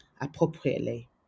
appropriately